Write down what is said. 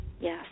Yes